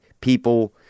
people